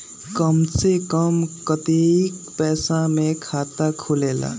कम से कम कतेइक पैसा में खाता खुलेला?